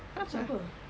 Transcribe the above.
siapa